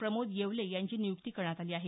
प्रमोद येवले यांची नियुक्ती करण्यात आली आहे